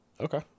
Okay